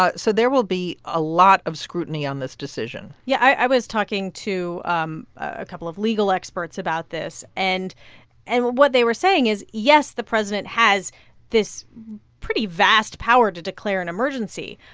ah so there will be a lot of scrutiny on this decision yeah. i was talking to um a couple of legal experts about this. and and what they were saying is, yes, the president has this pretty vast power to declare an emergency.